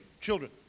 children